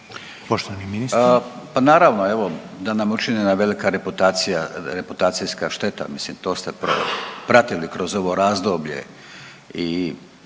Poštovani ministar.